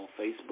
Facebook